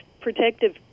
protective